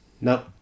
No